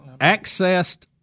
accessed